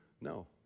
No